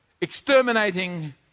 Exterminating